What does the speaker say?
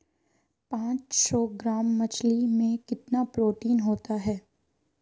पांच सौ ग्राम मछली में कितना प्रोटीन होता है?